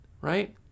right